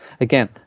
Again